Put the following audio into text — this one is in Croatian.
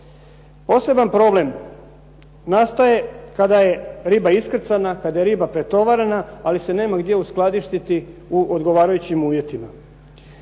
Poseban problem nastaje kada je riba iskrcana, kada je riba pretovarena, ali se nema gdje uskladištiti u odgovarajućim uvjetima.